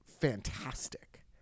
fantastic